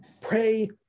pray